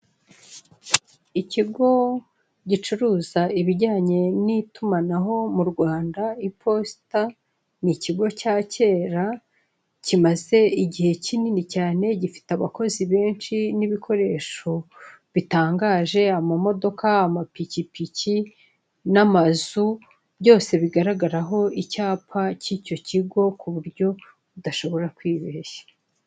Ikigo gicuruza ibijyanye n'itumanaho mu Rwanda iposita, ni ikigo cya kera kimaze igihe kinini cyane gifite abakozi benshi n'ibikoresho bitangaje, amamodoka, amapikipiki, n'amazu byose bigaragaraho icyapa cy'icyo kigo ku buryo udashobora kwibeshya.